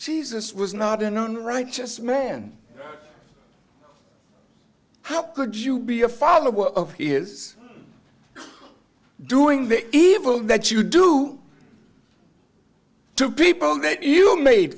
jesus was not in unrighteous man how could you be a father who is doing the evil that you do to people that you made